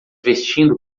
vestindo